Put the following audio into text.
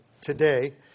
today